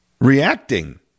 reacting